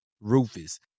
Rufus